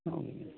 औ